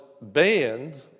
banned